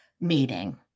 meeting